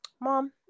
Mom